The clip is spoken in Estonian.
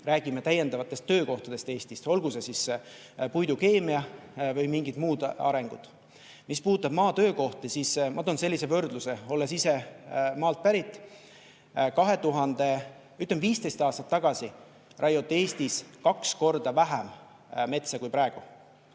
räägiksime täiendavatest töökohtadest Eestis, olgu see siis puidukeemia või mingid muud arengusuunad. Mis puudutab maatöökohti, siis ma toon sellise võrdluse, olles ise maalt pärit. Ütleme, 15 aastat tagasi raiuti Eestis kaks korda vähem metsa kui praegu.